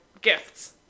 gifts